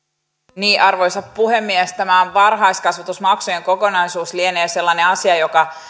arvoisa puhemies tämä varhaiskasvatusmaksujen kokonaisuus lienee sellainen asia joka